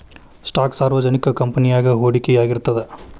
stock ಸಾರ್ವಜನಿಕ ಕಂಪನಿಯಾಗ ಹೂಡಿಕೆಯಾಗಿರ್ತದ